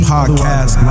Podcast